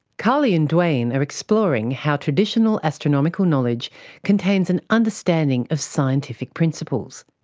karlie and duane are exploring how traditional astronomical knowledge contains an understanding of scientific principles.